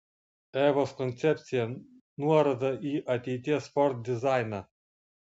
evos koncepcija nuoroda į ateities ford dizainą